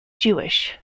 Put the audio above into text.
jewish